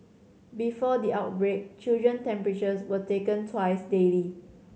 before the outbreak children temperatures were taken twice daily